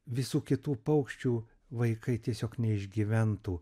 visų kitų paukščių vaikai tiesiog neišgyventų